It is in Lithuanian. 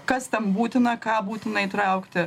kas ten būtina ką būtina įtraukti